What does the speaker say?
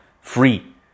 Free